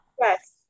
Yes